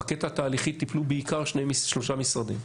בקטע התהליכי טיפלו בעיקר שלושה משרדים: